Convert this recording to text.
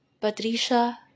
patricia